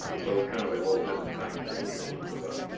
so it's kind of a little hidden thing some people don't know about.